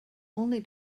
only